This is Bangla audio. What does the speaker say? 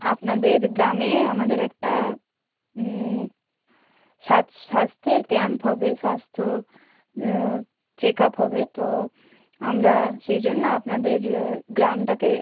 আপনাদের গ্রামে আমাদের একটা স্বাস্থ্যের ক্যাম্প হবে স্বাস্থ্য চেক আপ হবে তো আমরা সেই জন্য আপনাদের গ্রামটাকে